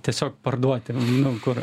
tiesiog parduoti nu kur